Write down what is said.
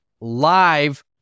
live